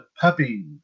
puppy